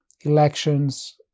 elections